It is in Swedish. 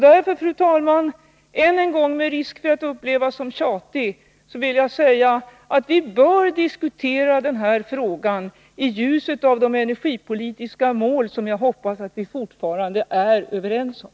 Därför, fru talman, vill jag än en gång, med risk för att upplevas som tjatig, säga att vi bör diskutera den här frågan i ljuset av de energipolitiska mål som jag hoppas vi fortfarande är överens om.